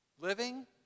living